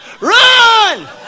Run